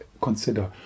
consider